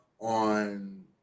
on